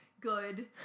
good